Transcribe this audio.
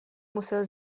musel